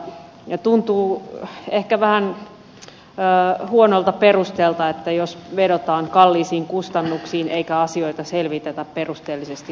tuntuu ehkä vähän huonolta perusteelta jos vedotaan kalliisiin kustannuksiin eikä asioita selvitetä perusteellisesti loppuun